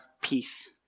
peace